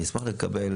אני אשמח לקבל,